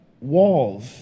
walls